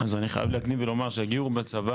אז אני חייב להקדים ולומר שהגיור בצבא